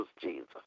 Jesus